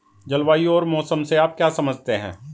जलवायु और मौसम से आप क्या समझते हैं?